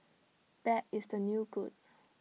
bad is the new good